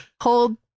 hold